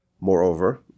Moreover